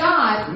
God